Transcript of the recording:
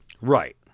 Right